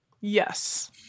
Yes